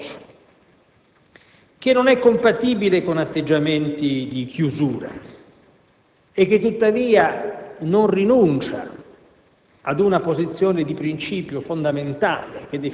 Penso che questo approccio, che non è compatibile con atteggiamenti di chiusura e che non rinuncia